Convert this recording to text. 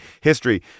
history